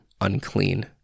unclean